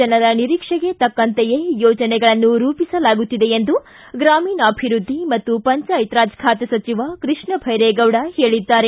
ಜನರ ನಿರೀಕ್ಷೆಗೆ ತಕ್ಕಂತೆಯೇ ಯೋಜನೆಗಳನ್ನು ರೂಪಿಸಲಾಗುತ್ತಿದೆ ಎಂದು ಗ್ರಾಮೀಣಾಭಿವೃದ್ದಿ ಮತ್ತು ಪಂಚಾಯತ್ ಖಾತೆ ಸಚಿವ ಕೃಷ್ಣಬೈರೇಗೌಡ ಹೇಳಿದ್ದಾರೆ